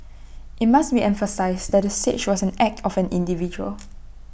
IT must be emphasised that the siege was an act of an individual